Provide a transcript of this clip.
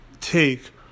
take